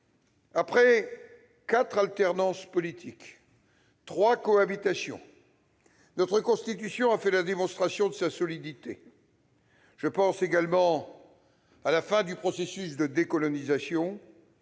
Après quatre alternances politiques et trois cohabitations, notre Constitution a fait la démonstration de sa solidité. Je pense également à la fin du processus de décolonisation,